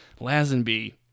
Lazenby